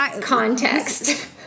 context